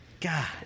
God